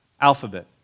alphabet